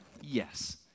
Yes